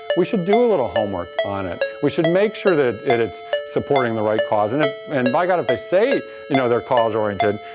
we should do a little homework on it. we should make sure that it's supporting the right cause and and by god, if they say you know they're cause-oriented,